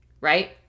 right